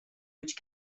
which